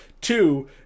Two